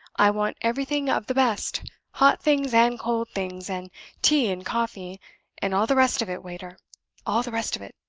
i want everything of the best hot things and cold things and tea and coffee and all the rest of it, waiter all the rest of it.